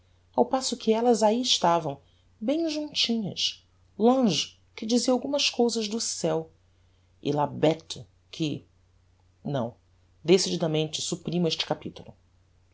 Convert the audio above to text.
ao passo que ellas ahi estavam bem juntinhas l'ange que dizia algumas cousas do ceu e la bête que não decididamente supprimo este capitulo